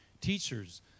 teachers